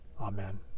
Amen